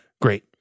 Great